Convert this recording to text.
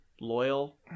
loyal